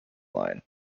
line